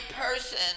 person